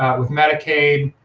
with medicaid,